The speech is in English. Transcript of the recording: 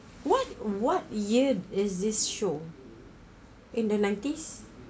what what year is this show in the nineties